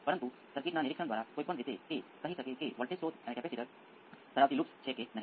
તેથી તે થોડો લાંબો અથવા ટૂંકો હોઈ શકે છે પરંતુ તે આખરે dk કરશે પછી ભલે સાઇનુસોઈડ્ એ નિરંતર ઇનપુટ હોય